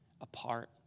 apart